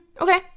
Okay